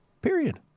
Period